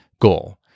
goal